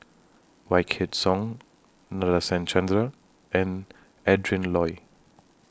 Wykidd Song Nadasen Chandra and Adrin Loi